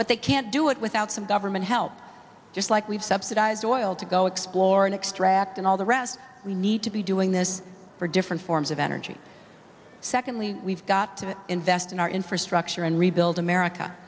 but they can't do it without some government help just like we've subsidized oil to go explore and extract and all the rest we need to be doing this for different forms of energy secondly we've got to invest in our infrastructure and rebuild america